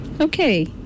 okay